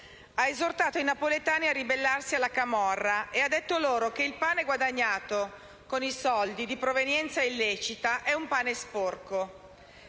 Ha esortato i napoletani a ribellarsi alla camorra e ha detto loro che il pane guadagnato con i soldi di provenienza illecita è un pane sporco.